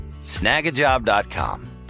Snagajob.com